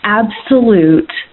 absolute